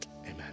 Amen